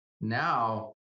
Now